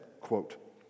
Quote